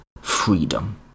freedom